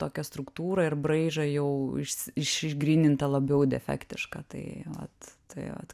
tokią struktūrą ir braižą jau išs išgrynintą labiau defektišką tai vat tai vat